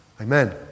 Amen